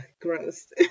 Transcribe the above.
gross